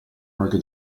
qualche